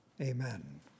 Amen